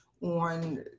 on